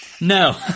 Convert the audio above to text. No